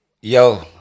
yo